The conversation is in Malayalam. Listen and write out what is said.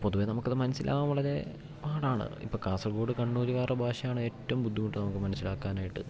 പൊതുവേ നമുക്കത് മനസ്സിലാകാൻ വളരെ പാടാണ് ഇപ്പം കാസർഗോഡ് കണ്ണൂരുകാരുടെ ഭാഷയാണ് ഏറ്റവും ബുദ്ധിമുട്ട് നമുക്ക് മനസ്സിലാക്കാനായിട്ട്